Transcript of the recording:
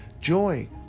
joy